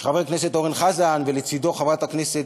שחבר הכנסת אורן חזן ולצדו חברת הכנסת